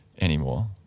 anymore